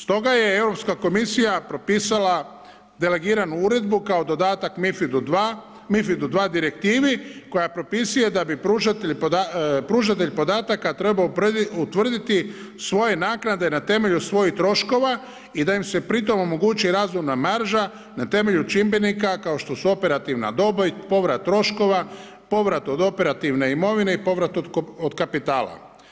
Stoga je Europska komisija propisala delegiranu uredbu kao dodatak MiFID2, MiFID2 Direktivi, koja propisuje da bi pružatelj podataka treba utvrditi svoje naknade na temelju svojih troškova i da im se pritom omogući razvojna marža, na temelju čimbenika kao što su operativna dobra i povrat troškova, povrat od operativne imovine i povrat od kapitala.